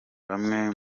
bamwe